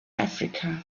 africa